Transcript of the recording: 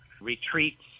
retreats